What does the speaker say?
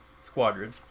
Squadron